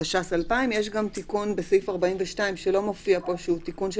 התש"ס-2000." יש גם תיקון בסעיף 42 שלא מופיע פה שהוא תיקון של